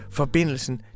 forbindelsen